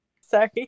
Sorry